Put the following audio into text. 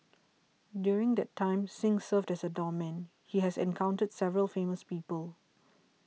during the time that Singh served as a doorman he has encountered several famous people